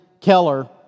Keller